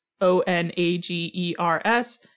O-N-A-G-E-R-S